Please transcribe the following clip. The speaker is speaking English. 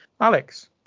Alex